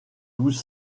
douze